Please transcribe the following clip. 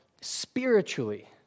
Spiritually